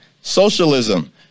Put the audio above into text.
socialism